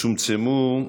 צומצמו,